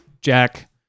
Jack